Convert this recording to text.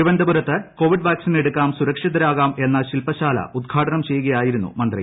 തിരുവനന്തപുരത്ത് Covid vaccine എടുക്കാം സുരക്ഷിതരാകാം എന്ന ശിൽപശാല ഉദ്ഘാടനം ചെയ്യുകയായിരുന്നു മന്ത്രി